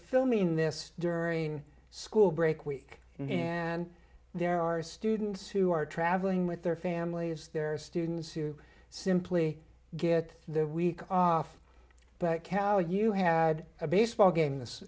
filming this during school break week and there are students who are traveling with their families there are students who simply get their week off but cal you had a baseball game this